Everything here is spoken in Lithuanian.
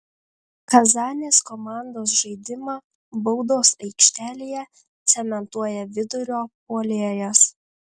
kazanės komandos žaidimą baudos aikštelėje cementuoja vidurio puolėjas